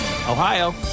Ohio